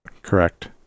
Correct